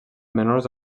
menors